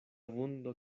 vundo